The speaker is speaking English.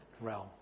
realm